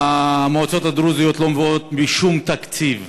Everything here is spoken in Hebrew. המועצות הדרוזיות לא מובאות בשום תקציב,